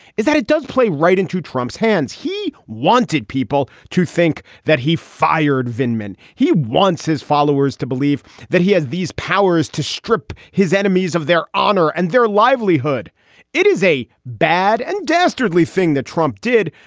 is that it does play right into trump's hands. he wanted people to think that he fired venkman. he wants his followers to believe that he has these powers to strip his enemies of their honor and their livelihood it is a bad and dastardly thing that trump did,